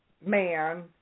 man